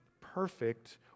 perfect